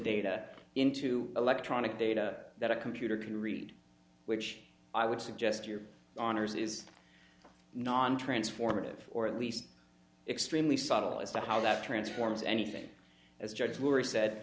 data into electronic data that a computer can read which i would suggest your honour's is non transformative or at least extremely subtle as to how that transforms anything as judge jury said